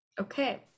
okay